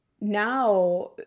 now